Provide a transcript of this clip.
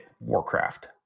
Warcraft